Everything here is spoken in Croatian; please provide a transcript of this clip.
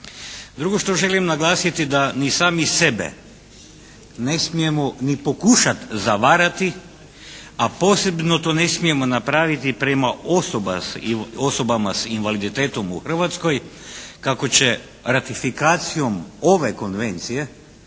Drugo što želim naglasiti da ni sami sebe ne smijemo ni pokušati zavarati, a posebno to ne smijemo napraviti prema osobama s invaliditetom u Hrvatskoj kako će ratifikacijom ove konvencije